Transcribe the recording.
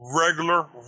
regular